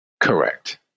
Correct